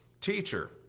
teacher